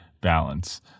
balance